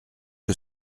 que